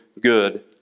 good